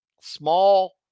small